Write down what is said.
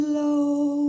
low